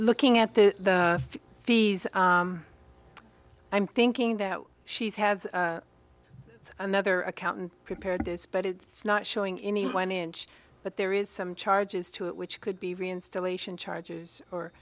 looking at the fees i'm thinking that she's has another accountant prepared this but it's not showing any one inch but there is some charges to it which could be reinstallation charges or